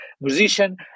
musician